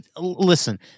listen